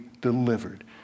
delivered